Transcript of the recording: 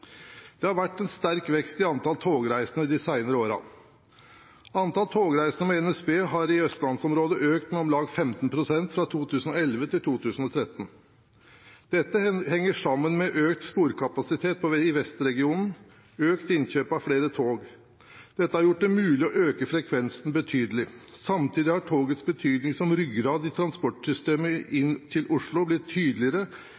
Det har vært en sterk vekst i antall togreiser de senere årene. Antall togreiser med NSB har i østlandsområdet økt med om lag 15 pst. fra 2011 til 2013. Dette henger sammen med økt sporkapasitet i Vestregionen og økt innkjøp av flere tog. Dette har gjort det mulig å øke frekvensen betydelig. Samtidig har togets betydning som ryggrad i transportsystemet inn til Oslo blitt tydeligere